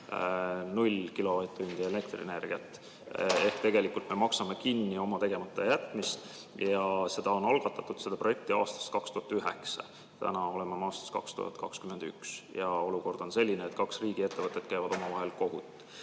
elektrienergiat? Ehk tegelikult me maksame kinni oma tegematajätmist. Seda projekti on algatatud aastast 2009. Täna oleme aastas 2021 ja olukord on selline, et kaks riigiettevõtet käivad omavahel kohut.